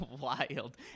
wild